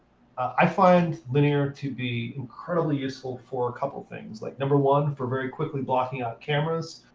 i find linear to be incredibly useful for a couple of things. like number one, for very quickly blocking out cameras.